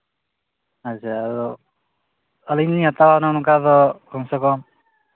ᱟᱪᱪᱷᱟ ᱟᱹᱞᱤᱧ ᱞᱤᱧ ᱦᱟᱛᱟᱣᱟ ᱱᱚᱝᱠᱟ ᱫᱚ ᱠᱚᱢ ᱥᱮ ᱠᱚᱢ